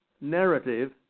narrative